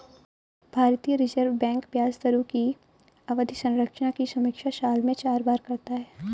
भारतीय Reserve Bank ब्याज दरों की अवधि संरचना की समीक्षा साल में चार बार करता है